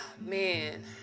man